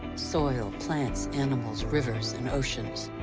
soil, plants, animals, rivers and oceans.